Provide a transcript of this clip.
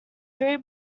three